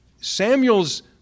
Samuel's